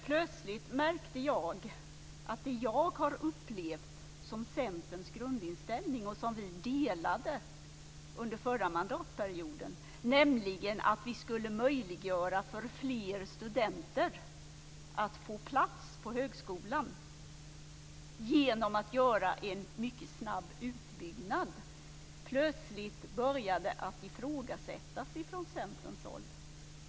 Jag märkte nämligen plötsligt att det jag har upplevt som Centerns grundinställning, som vi delade under förra mandatperioden - att möjliggöra för fler studenter att få plats på högskolan genom en mycket snabb utbyggnad - plötsligt började ifrågasättas från centerhåll.